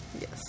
Yes